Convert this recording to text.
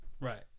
Right